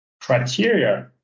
criteria